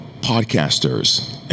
podcasters